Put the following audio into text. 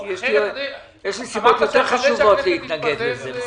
יש לי סיבות יותר חשובות להתנגד לזה.